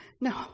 No